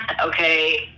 okay